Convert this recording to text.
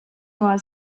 nur